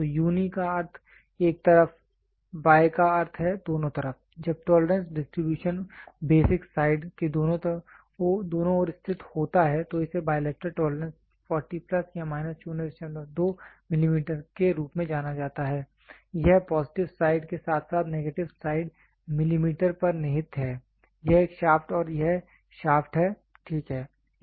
तो यूनी का अर्थ है एक तरफ बाय का अर्थ है दोनों तरफ जब टोलरेंस डिस्ट्रीब्यूशन बेसिक साइड के दोनों ओर स्थित होता है तो इसे बायलेटरल टोलरेंस 40 प्लस या माइनस 02 मिलीमीटर के रूप में जाना जाता है यह पॉजिटिव साइड के साथ साथ नेगेटिव साइड मिलीमीटर पर निहित है यह एक शाफ्ट है यह शाफ्ट है ठीक है